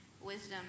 wisdom